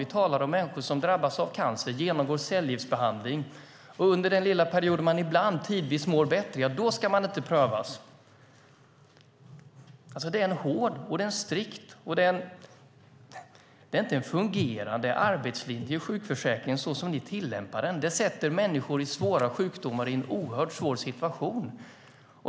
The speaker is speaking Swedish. Vi talar om människor som drabbas av cancer och genomgår cellgiftsbehandling och under den lilla period då man mår bättre, då ska man inte prövas. Det är hårt och strikt, och det är inte en fungerande arbetslinje så som ni tillämpar sjukförsäkringen. Det sätter människor med svåra sjukdomar i en oerhört svår situation.